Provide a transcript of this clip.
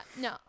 no